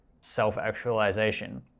self-actualization